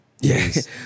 Yes